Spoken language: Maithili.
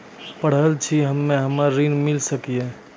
पढल छी हम्मे हमरा ऋण मिल सकई?